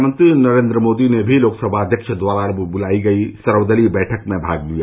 प्रधानमंत्री नरेन्द्र मोदी ने लोकसभा अध्यक्ष द्वारा बुलाई गई सर्वदलीय बैठक में भाग लिया